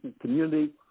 community